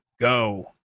go